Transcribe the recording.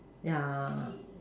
yeah